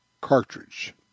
cartridge